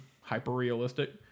hyper-realistic